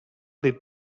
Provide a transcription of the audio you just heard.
dit